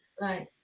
Right